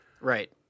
right